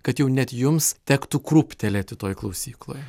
kad jau net jums tektų krūptelėti toj klausykloj